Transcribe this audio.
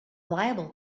liable